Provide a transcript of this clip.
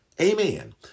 Amen